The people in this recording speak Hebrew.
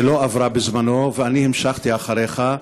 שלא עברה בזמנו, ואני המשכתי אחריך.